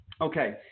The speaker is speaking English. Okay